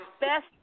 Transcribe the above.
best